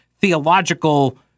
theological